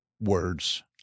words